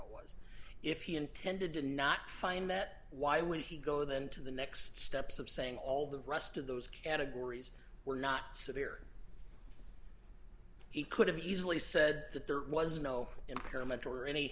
what if he intended to not find that why would he go then to the next steps of saying all the rest of those categories were not severe he could have easily said that there was no impairment or any